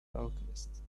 alchemist